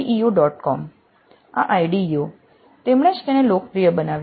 com આ IDEO તેમણે જ તેને લોકપ્રિય બનાવ્યું